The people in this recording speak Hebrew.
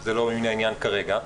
שזה לא ממין העניין כרגע,